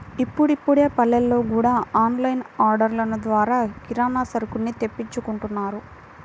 ఇప్పుడిప్పుడే పల్లెల్లో గూడా ఆన్ లైన్ ఆర్డర్లు ద్వారా కిరానా సరుకుల్ని తెప్పించుకుంటున్నారు